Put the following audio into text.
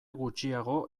gutxiago